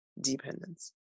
dependence